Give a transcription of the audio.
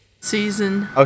Season